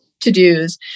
to-dos